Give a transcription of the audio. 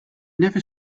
never